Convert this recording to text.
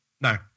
No